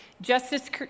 justice